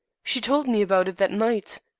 she told me about it that night.